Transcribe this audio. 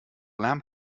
lamp